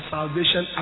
Salvation